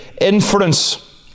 inference